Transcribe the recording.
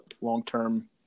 long-term